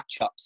matchups